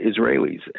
Israelis